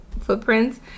footprints